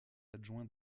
adjoint